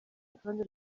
rutonde